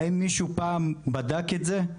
האם מישהו פעם בדק את זה?